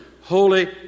Holy